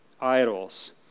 idols